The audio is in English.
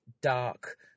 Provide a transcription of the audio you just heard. dark